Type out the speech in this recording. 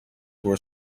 were